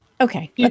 Okay